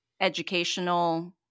educational